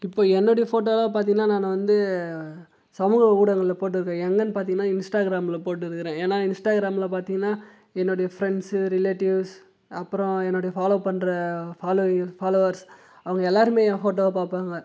இப்போ என்னுடைய ஃபோட்டோலாம் பார்த்தீங்கன்னா நான் வந்து சமூக ஊடகங்களில் போட்டுட்டுருக்கேன் எங்கன்னு பார்த்தீங்கனா இன்ஸ்ட்டாகிராமில் போட்டுருக்கிறேன் ஏன்னா இன்ஸ்ட்டாகிராமில் பார்த்தீங்கன்னா என்னுடைய ஃப்ரெண்ட்ஸு ரிலேட்டிவ்ஸ் அப்பறம் என்னுடைய ஃபாலோ பண்ணுற ஃபாலோயர் ஃபாலோவர்ஸ் அவங்க எல்லோருமே என் ஃபோட்டோவை பார்ப்பாங்க